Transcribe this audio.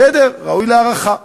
בסדר, ראוי להערכה.